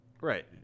Right